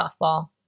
softball